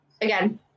again